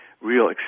real